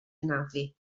hanafu